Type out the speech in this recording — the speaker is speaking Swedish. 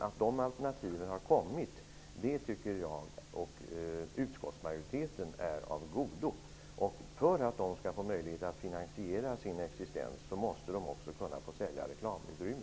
Att dessa alternativ har tillkommit tycker jag och utskottsmajoriteten är av godo. För att de skall få möjlighet att finansiera sin existens måste de också kunna sälja reklamutrymme.